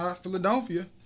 Philadelphia